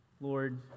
Lord